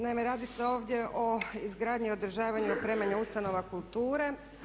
Naime, radi se ovdje o izgradnji i održavanju opremanja ustanova kulture.